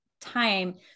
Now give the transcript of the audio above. time